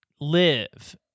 live